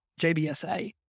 JBSA